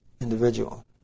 individual